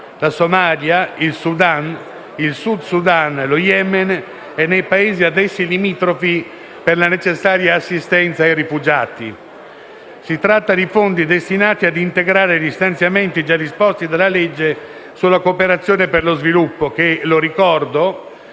Somalia, Sudan, Sud Sudan, Yemen e nei Paesi a essi limitrofi, per la necessaria assistenza ai rifugiati. Si tratta di fondi destinati a integrare gli stanziamenti già disposti dalla legge sulla cooperazione allo sviluppo. A tal riguardo